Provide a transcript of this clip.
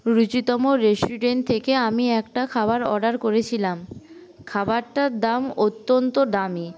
রুচিতম restaurant থেকে আমি একটা খাবার অর্ডার করেছিলাম খাবারটার দাম অত্যন্ত দামী